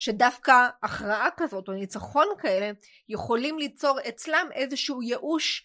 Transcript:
שדווקא הכרעה כזאת או ניצחון כאלה יכולים ליצור אצלם איזשהו יאוש